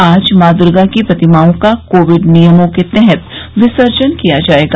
आज मॉ दुर्गा की प्रतिमाओं का कोविड नियमों के तहत विसर्जन किया जायेगा